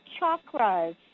chakras